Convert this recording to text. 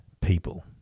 people